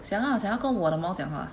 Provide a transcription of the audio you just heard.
想啦想跟我的猫讲话